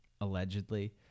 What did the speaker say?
allegedly